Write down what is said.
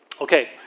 Okay